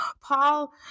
paul